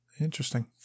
Interesting